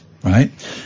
Right